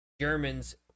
Germans